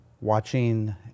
watching